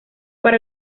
para